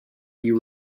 you